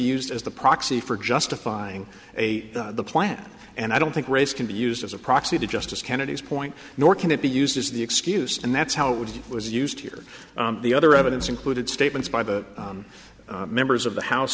used as the proxy for justifying a the plan and i don't think race can be used as a proxy to justice kennedy's point nor can it be used as the excuse and that's how it was it was used here the other evidence included statements by the members of the house